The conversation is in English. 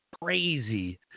crazy